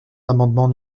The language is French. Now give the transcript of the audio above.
l’amendement